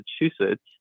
Massachusetts